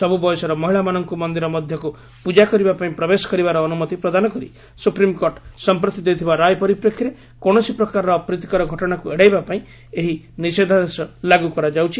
ସବୁ ବୟସର ମହିଳାମାନଙ୍କୁ ମନ୍ଦିର ମଧ୍ୟକୁ ପ୍ରଜା କରିବାପାଇଁ ପ୍ରବେଶ କରିବାର ଅନୁମତି ପ୍ରଦାନ କରି ସୁପ୍ରିମ୍କୋର୍ଟ ସମ୍ପ୍ରତି ଦେଇଥିବା ରାୟ ପରିପ୍ରେକ୍ଷୀରେ କୌଣସି ପ୍ରକାରର ଅପ୍ରୀତିକର ଘଟଣାକ୍ ଏଡ଼ାଇବାପାଇଁ ଏହି ନିଷେଧାଦେଶ ଲାଗ୍ର କରାଯାଉଛି